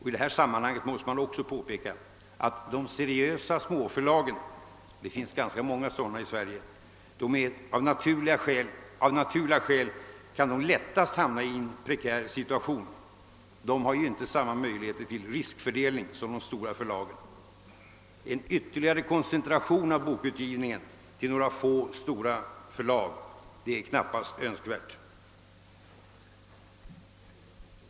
I detta sammanhang måste man också påpeka att de seriösa små förlagen — det finns ganska många sådana i Sverige — av naturliga skäl lättast kan hamna i en prekär situation. De har ju inte samma möjligheter till riskfördelning som de stora förlagen. En ytterligare koncentration av bokutgivningen = till några få, stora förlag är knappast önskvärd.